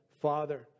Father